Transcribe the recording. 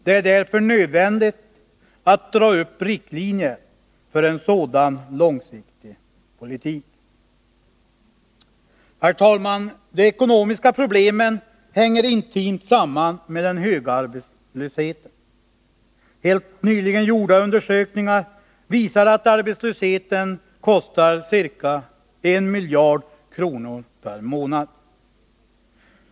Det är därför nödvändigt att dra upp riktlinjer för en sådan långsiktig politik. Herr talman! De ekonomiska problemen hänger intimt samman med den höga arbetslösheten. Helt nyligen gjorda undersökningar visar att arbetslösheten kostar ca 1 miljard kronor per månad.